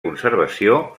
conservació